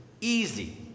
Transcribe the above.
easy